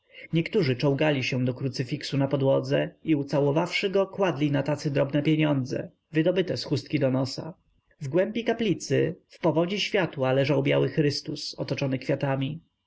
niektórzy czołgali się do krucyfiksu na podłodze i ucałowawszy go kładli na tacy drobne pieniądze wydobyte z chustki do nosa w głębi kaplicy w powodzi światła leżał biały chrystus otoczony kwiatami